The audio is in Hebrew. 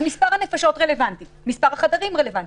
מספר הנפשות כן רלוונטי וגם מספר החדרים כן רלוונטי.